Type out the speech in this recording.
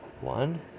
one